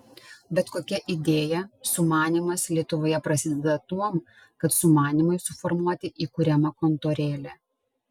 bet kokia idėja sumanymas lietuvoje prasideda tuom kad sumanymui suformuoti įkuriama kontorėlė